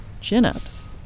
Chin-ups